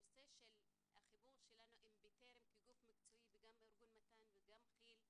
הנושא של החיבור שלנו עם 'בטרם' כגוף מקצועי וגם ארגון מתן וגם כיל,